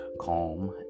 calm